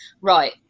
Right